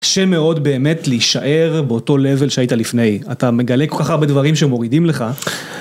קשה מאוד באמת להישאר באותו level שהיית לפני. אתה מגלה כל כך הרבה דברים שמורידים לך.